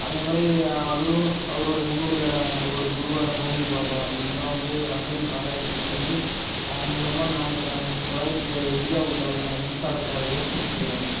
அந்த மாதிரி அவரும் அவரோடய முன்னோடியான அவரோடய குருவான ஹோமி பாபா இவங்கள்லாம் வந்து அணு ஆராய்ச்சி பண்ணி அது நம்ம இந்த உலக இந்தியாவுக்கு தேவையான மின்சாரத் தேவையை பூர்த்தி செய்கிறாங்க